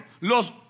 los